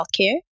healthcare